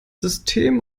system